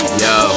yo